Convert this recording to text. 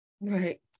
right